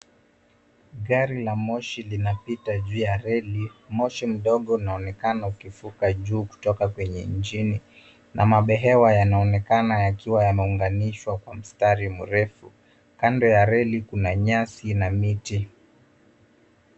Gari la moshi linapita juu ya reli. Moshi ndogo inaonekana ukifuga juu kutoka kwenye injini na mabehewa yanaonekana yakiwa yameunganishwa kwa mstari mrefu. Kando ya reli kuna nyasi na miti.